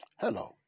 hello